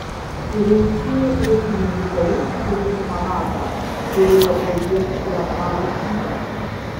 rinktinė pėstininkų dalis kuri supa vadą turėjo po ietį ir apvalų skydą